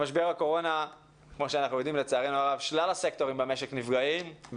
שבמשבר הקורונה לצערנו הרב שלל הסקטורים במשק נפגעים,